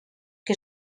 que